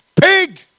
Pig